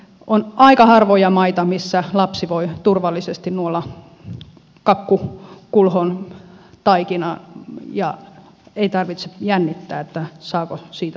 on aika harvoja maita missä lapsi voi turvallisesti nuolla kakkukulhon taikinaa ja ei tarvitse jännittää saako siitä salmonellaa vai ei